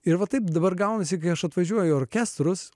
ir va taip dabar gaunasi kai aš atvažiuoju orkestrus